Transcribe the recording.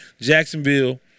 Jacksonville